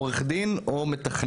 עורך דין או מתכנת.